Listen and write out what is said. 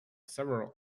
several